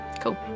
Cool